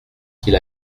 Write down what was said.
qu’il